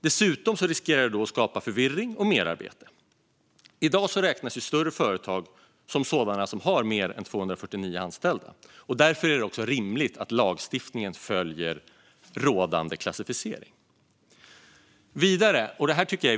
Det riskerar att skapa förvirring och merarbete. I dag räknas större företag som sådana om de har mer än 249 anställda. Därför är det också rimligt att lagstiftningen följer rådande klassificering.